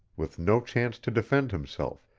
with no chance to defend himself,